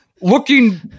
looking